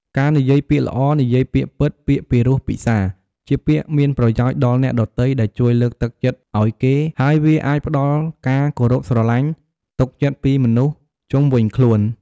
ការនិយាយពាក្យល្អ និយាយពាក្យពិត ពាក្យពីរោះពិសារ ជាពាក្យមានប្រយោជន៍ដល់អ្នកដទៃ ដែលជួយលើកទឹកចិត្តឱ្យគេ ហើយវាអាចផ្តល់ការគោរពស្រទ្បាញ់ ទុកចិត្តពីមនុស្សជុំវិញខ្លួន។